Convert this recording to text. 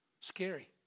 scary